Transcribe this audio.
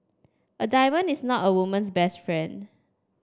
a diamond is not a woman's best friend